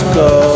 go